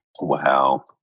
Wow